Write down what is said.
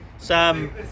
Sam